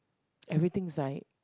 everything is like